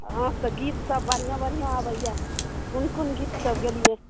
अहाँकेँ तऽ गीत सभ बढ़िऑं बढ़िऑं आबैया कोन कोन गीत सभ गेलियै